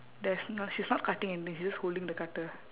there's no~ she's not cutting anything she's just holding the cutter